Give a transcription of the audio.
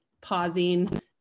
pausing